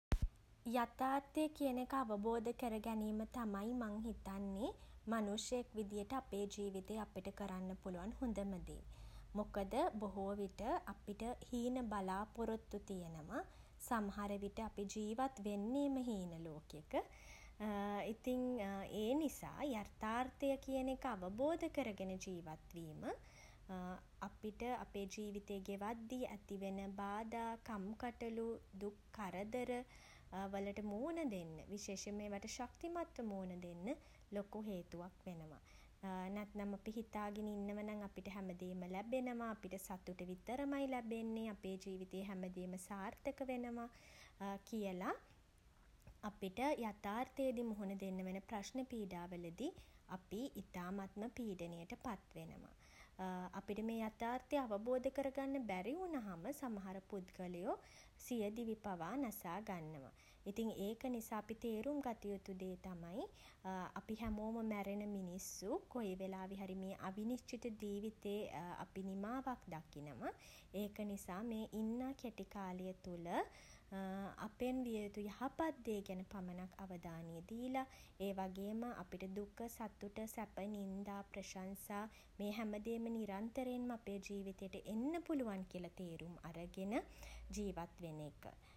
යථාර්ථය කියන එක අවබෝධ කර ගැනීම තමයි මං හිතන්නේ මනුෂ්‍යයෙක් විදිහට අපේ ජීවිතේ අපිට කරන්න පුළුවන් හොඳම දේ. මොකද බොහෝ විට අපිට හීන තියෙනවා බලාපොරොත්තු තියෙනවා. සමහර විට අපි ජීවත් වෙන්නේම හීන ලෝකෙක. ඉතින් ඒ නිසා යථාර්ථය කියන එක අවබෝධ කරගෙන ජීවත් වීම අපිට අපේ ජීවිතය ගෙවද්දී ඇතිවන බාධා කම්කටොළු දුක් කරදර වලට මූණ දෙන්න ඒවාට විශේෂෙන්ම ඒවට ශක්තිමත්ව මූණ දෙන්න ලොකු හේතුවක් වෙනවා. නැත්නම් අපි හිතාගෙන ඉන්නවනම් අපිට හැමදේම ලැබෙනවා. අපිට සතුට විතරමයි ලැබෙන්නේ අපේ ජීවිතේ හැමදේම සාර්ථක වෙනවා කියලා අපිට යථාර්ථයේදී මුහුණ දෙන්න වෙන ප්‍රශ්න පීඩාවලදී අපි ඉතාමත්ම පීඩනයට පත්වෙනවා. අපිට මේ යථාර්ථය අවබෝධ කරගන්න බැරි වුණහම සමහර පුද්ගලයෝ සියදිවි පවා නසා ගන්නවා. ඉතින් ඒක නිසා අපි තේරුම් ගත යුතු දේ තමයි අපි හැමෝම මැරෙන මිනිස්සු. කොයි වෙලාවේ හරි මේ අවිනිශ්චිත ජීවිතේ අපි නිමාවක් දකිනවා. ඒක නිසා මේ ඉන්නා කෙටි කාලය තුළ අපෙන් විය යුතු යහපත් දේ ගැන පමණක් අවධානය දීල ඒ වගේම අපිට දුක සතුට සැප නින්දා ප්‍රශංසා මේ හැමදේම නිරන්තරයෙන්ම අපේ ජීවිතේට එන්න පුළුවන් කියලා තේරුම් අරගෙන ජීවත් වෙන්න එක.